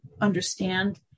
understand